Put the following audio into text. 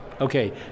Okay